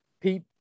Pete